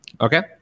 Okay